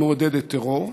מעודדת טרור,